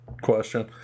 question